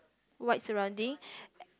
white surrounding